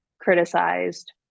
criticized